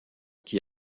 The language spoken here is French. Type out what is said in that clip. qui